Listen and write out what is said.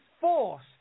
force